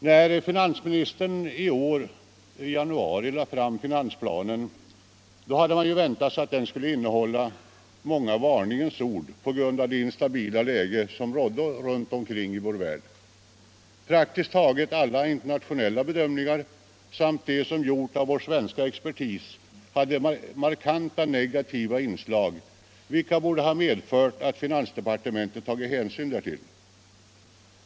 När finansministern i januari i år lade fram finansplanen hade man väntat sig, att den skulle innehålla många varningens ord på grund av det instabila läge som rådde runt omkring i vår värld. Praktiskt taget alla internationella bedömningar samt de som gjorts av vår svenska expertis hade markanta negativa inslag, vilka finansdepartementet borde ha tagit hänsyn till.